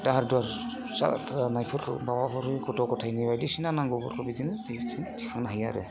दाहार दुहार जानायफोरखौ गथ' गथाइनो बायदिसिना नांगौब्ला बेजोंनो थिखांनो हायो आरो